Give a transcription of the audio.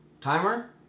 Timer